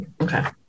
Okay